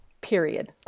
period